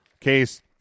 Case